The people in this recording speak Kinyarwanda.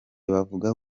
bavuga